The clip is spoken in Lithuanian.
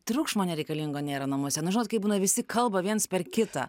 triukšmo nereikalingo nėra namuose na žinot kaip būna visi kalba viens per kitą